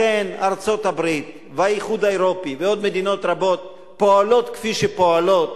לכן ארצות-הברית והאיחוד האירופי ועוד מדינות רבות פועלות כפי שפועלות,